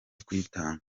kuyitanga